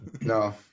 no